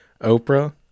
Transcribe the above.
Oprah